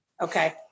okay